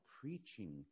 preaching